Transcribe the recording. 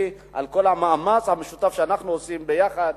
על כל המאמץ המשותף שאנחנו עושים ביחד.